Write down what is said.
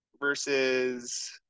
versus